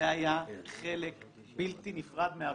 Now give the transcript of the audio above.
זה היה חלק בלתי נפרד מהויז'ן,